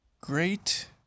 great